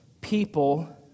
people